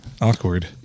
Awkward